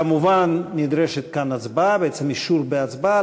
כמובן, נדרשת כאן הצבעה, בעצם אישור בהצבעה.